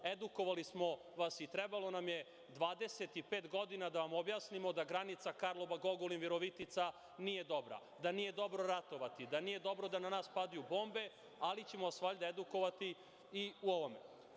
Edukovali smo vas i trebalo nam je 25 godina da vam objasnimo da granica Karlobag-Ogulin-Virovitica nije dobra, da nije dobro ratovati, da nije dobro da na nas padaju bombe, ali ćemo vas valjda edukovati i u ovome.